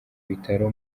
bitaro